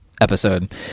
episode